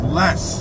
less